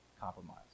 compromise